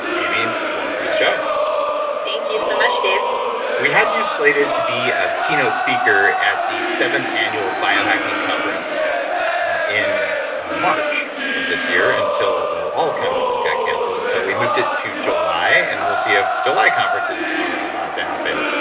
amy, welcome to the show thank you so much, dave we had you slated to be a keynote speaker at the seventh annual biohacking conference in march of this year until, well, all conferences got canceled, so we moved it to july and we'll see if july conferences are allowed to happen.